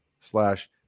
slash